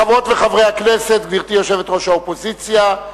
חברות וחברי הכנסת, גברתי יושבת-ראש האופוזיציה,